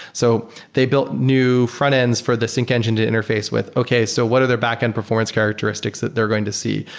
so they built new frontends for the sync engine to interface with, okay. so what other backend performance characteristics that they're going to see?